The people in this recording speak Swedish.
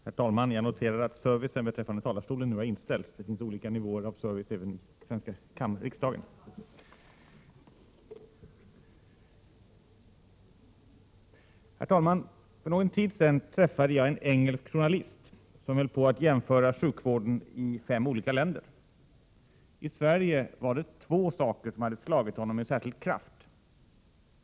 Herr talman! Jag noterar att servicen beträffande talarstolen nu har inställts. Det finns olika nivåer av service även i riksdagen. Herr talman! För någon tid sedan träffade jag en engelsk journalist som höll på att jämföra sjukvården i fem olika länder. I Sverige var det två saker som hade slagit honom med särskild kraft.